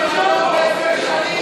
עשר שנים